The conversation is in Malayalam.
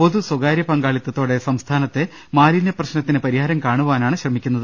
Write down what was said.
പൊതു സ്ഥകാര്യ പങ്കാളിത്തതോടെ സംസ്ഥാനത്തെ മാലിന്യ പ്രശ്നത്തിന് പരിഹാരം കാണു വാനാണ് ശ്രമിക്കുന്നത്